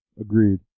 Agreed